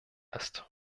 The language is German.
ist